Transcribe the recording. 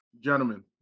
gentlemen